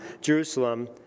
Jerusalem